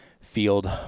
Field